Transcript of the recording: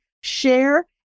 share